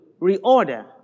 reorder